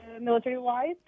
military-wise